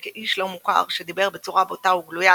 ב-1898 שב במצב נפשי רעוע לבית אביו ואמו החורגת,